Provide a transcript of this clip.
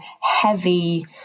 heavy